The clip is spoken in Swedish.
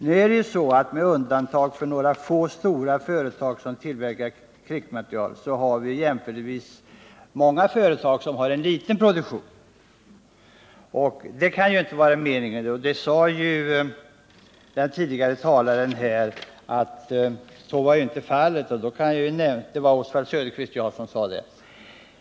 Nu är det ju så att med undantag för några få stora företag som tillverkar krigsmateriel är det jämförelsevis många företag som har en liten produktion. Det kan ju inte vara meningen att de skall förstatligas — det framgick också av vad Oswald Söderqvist sade.